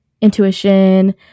intuition